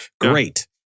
Great